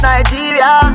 Nigeria